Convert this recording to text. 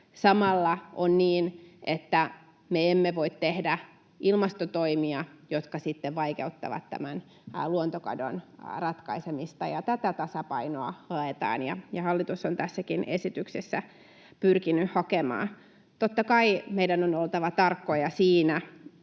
Samalla on niin, että me emme voi tehdä ilmastotoimia, jotka sitten vaikeuttavat tämän luontokadon ratkaisemista. Tätä tasapainoa haetaan ja hallitus on tässäkin esityksessä pyrkinyt hakemaan. Totta kai meidän on oltava tarkkoja siinä,